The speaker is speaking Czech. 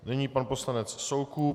Nyní pan poslanec Soukup.